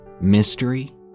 Mystery